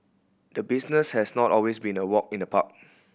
the business has not always been a walk in the park